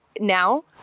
now